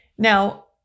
Now